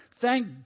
Thank